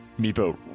Meepo